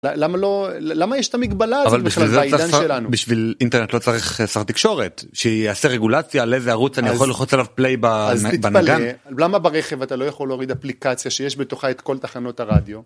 למה לא למה יש את המגבלה הזאת בכלל בעיניין שלנו בשביל אינטרנט לא צריך שר תקשורת שיעשה רגולציה על איזה ערוץ אני יכול ללחוץ על הפליי בנגן, אז תתפלא, למה ברכב אתה לא יכול להוריד אפליקציה שיש בתוכה את כל תחנות הרדיו.